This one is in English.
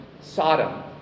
Sodom